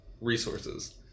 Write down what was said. resources